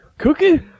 Cookie